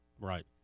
Right